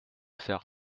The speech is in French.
faire